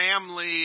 family